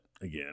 again